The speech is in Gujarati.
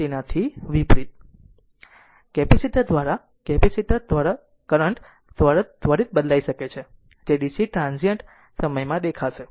તેનાથી વિપરીત કેપેસિટર દ્વારા કરંટ ત્વરિત બદલાઇ શકે છે જે DC ટ્રાન્ઝીયન્ટ સમયમાં દેખાશે